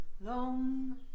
long